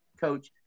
coach